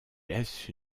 laissent